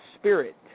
spirit